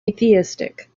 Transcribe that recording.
atheistic